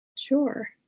Sure